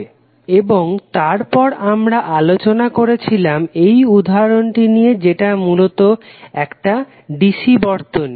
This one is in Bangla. Refer Slide Time 0249 এবং তারপর আমরা আলোচনা করেছিলাম এই উদাহরণটি নিয়ে যেটা মূলত একটা DC বর্তনী